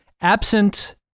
Absent